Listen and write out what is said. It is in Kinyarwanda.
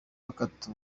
bakata